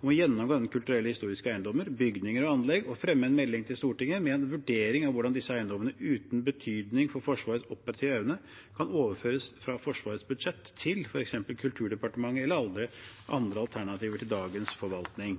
om å gjennomgå denne kulturelle og historiske eiendommen, bygninger og anlegg og fremme en melding til Stortinget med en vurdering av hvordan disse eiendommene uten betydning for Forsvarets operative evne kan overføres fra Forsvarets budsjett til f.eks. Kulturdepartementet eller andre alternativer til dagens forvaltning.